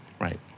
right